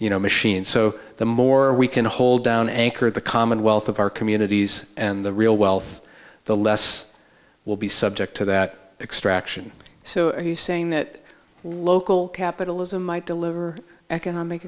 you know machines so the more we can hold down anchor the commonwealth of our communities and the real wealth the less will be subject to that extraction so are you saying that local capitalism might deliver economic